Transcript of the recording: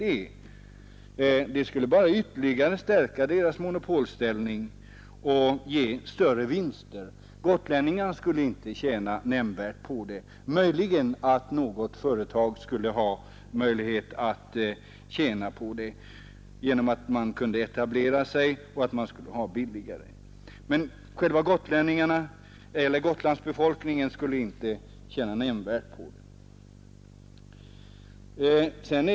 Det skulle bara ytterligare stärka bolagets monopolställning och ge det ännu större vinster. Gotlänningarna själva skulle inte tjäna något nämnvärt på det. Möjligen kunde det bli något billigare för företag som ville etablera sig, men Gotlands befolkning skulle inte tjäna mycket på det.